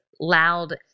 Loud